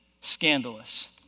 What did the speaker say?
scandalous